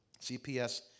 CPS